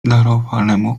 darowanemu